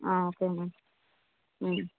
ஆ okay ma'am ம்